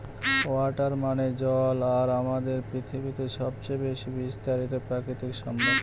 water মানে জল আর আমাদের পৃথিবীতে সবচেয়ে বেশি বিস্তারিত প্রাকৃতিক সম্পদ